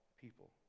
people